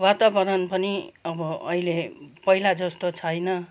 वातावरण पनि अब अहिले पहिला जस्तो छैन